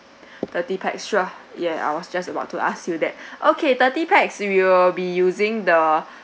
thirty pax sure yeah I was just about to ask you that okay thirty pax you'll be using the